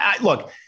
look